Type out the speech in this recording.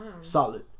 Solid